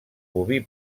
boví